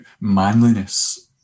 manliness